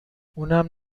اونم